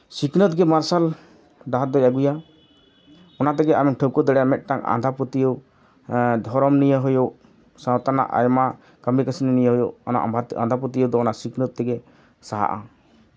ᱥᱤᱠᱷᱱᱟᱹᱛᱜᱮ ᱢᱟᱨᱥᱟᱞ ᱰᱟᱦᱟᱨ ᱫᱚᱭ ᱟᱹᱜᱩᱭᱟ ᱚᱱᱟ ᱛᱮᱜᱮ ᱟᱢᱮᱢ ᱴᱷᱟᱹᱶᱠᱟᱹ ᱫᱟᱲᱮᱭᱟᱜᱼᱟ ᱢᱤᱫᱴᱟᱱ ᱟᱸᱫᱷᱟᱯᱟᱹᱛᱭᱟᱹᱣ ᱫᱷᱚᱨᱚᱢ ᱱᱤᱭᱮ ᱦᱩᱭᱩᱜ ᱥᱟᱶᱛᱟ ᱨᱮᱱᱟᱜ ᱟᱭᱢᱟ ᱠᱟᱹᱢᱤ ᱠᱟᱹᱥᱱᱤ ᱱᱤᱭᱮ ᱦᱩᱭᱩᱜ ᱚᱱᱟ ᱟᱸᱫᱷᱟᱯᱟᱹᱛᱭᱟᱹᱣ ᱫᱚ ᱚᱱᱟ ᱥᱤᱠᱷᱱᱟᱹᱛ ᱛᱮᱜᱮ ᱥᱟᱦᱟᱜᱼᱟ